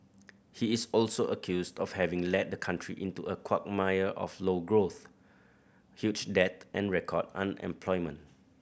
he is also accused of having led the country into a quagmire of low growth huge debt and record unemployment